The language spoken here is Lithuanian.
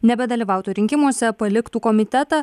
nebedalyvautų rinkimuose paliktų komitetą